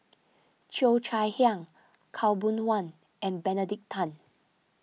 Cheo Chai Hiang Khaw Boon Wan and Benedict Tan